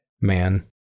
man